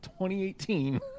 2018